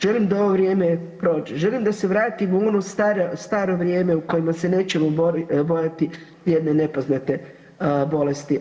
Želim da ovo vrijeme prođe, želim da se vratimo u ono staro vrijeme u kojemu se nećemo bojati jedne nepoznate bolesti.